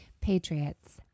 Patriots